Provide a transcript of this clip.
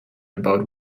about